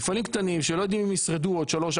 מפעלים קטנים שלא יודעים אם הם ישרדו בעוד שלוש,